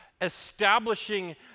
establishing